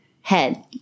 head